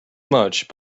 much